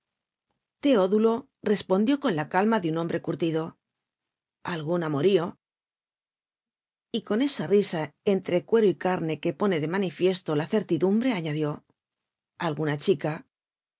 teodulo respondió con la calma de un hombre curtido algun amorío y con esa risa entre cuero y carne que pone de manifiesto la certidumbre añadió alguna chica